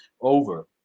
over